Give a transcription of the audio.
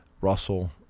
Russell